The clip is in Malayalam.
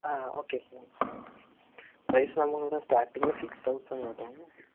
ഓക്കേ ഫോൺ പ്രൈസ് നമ്മളുടെ സ്റ്റാർട്ടിങ് സിക്സ് തൗസന്ത് തൊട്ടാണ്